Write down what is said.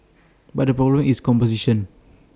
but the problem is composition